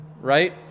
right